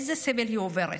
איזה סבל הם עוברים.